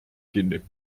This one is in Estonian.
kinni